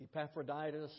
Epaphroditus